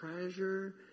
treasure